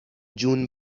جون